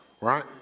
right